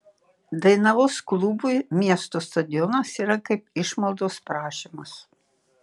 dainavos klubui miesto stadionas yra kaip išmaldos prašymas